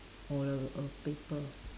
or a a paper